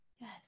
Yes